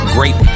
Great